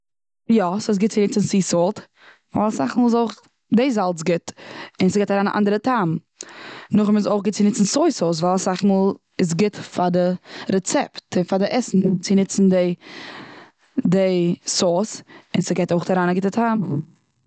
יא, ס'איז גוט צו ניצן סיע סאלט, ווייל אסאך מאל איז אויך די זאלץ גוט, און ס'גיבט אריין א אנדערע טעם. נאכדעם איז אויך גוט צו ניצן סוי סאוס ווייל אסאך מאל איז גוט פאר די רעצעפט און פאר די עסן צו ניצן די די די סאוס. און ס'גיבט אויך אריין א גוטע טעם.